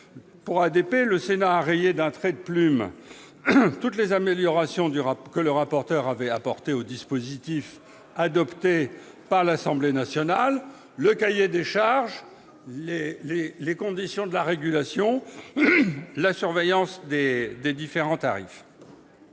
ADP, le Sénat a rayé d'un trait de plume toutes les améliorations que le rapporteur avait apportées au dispositif adopté par l'Assemblée nationale : cahier des charges, conditions de la régulation, surveillance des différents tarifs.